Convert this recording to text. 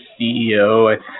CEO